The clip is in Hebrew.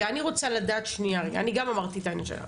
אני גם אמרתי את העניין הזה.